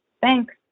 Thanks